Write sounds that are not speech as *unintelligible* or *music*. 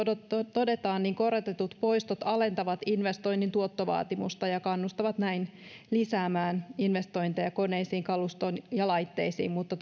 todetaan korotetut poistot alentavat investoinnin tuottovaatimusta ja kannustavat näin lisäämään investointeja koneisiin kalustoon ja laitteisiin mutta *unintelligible*